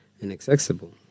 inaccessible